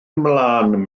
ymlaen